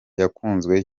yakunzwe